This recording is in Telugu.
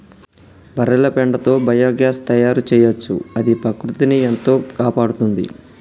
బర్రెల పెండతో బయోగ్యాస్ తయారు చేయొచ్చు అది ప్రకృతిని ఎంతో కాపాడుతుంది